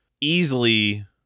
easily